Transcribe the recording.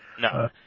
No